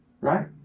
Right